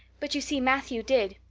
but you see matthew did.